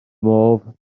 modd